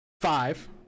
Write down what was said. five